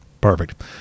Perfect